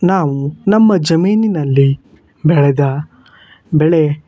ನಾವೂ ನಮ್ಮ ಜಮೀನಿನಲ್ಲಿ ಬೆಳೆದ ಬೆಳೆ